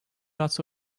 lots